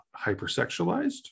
hypersexualized